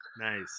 Nice